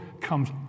comes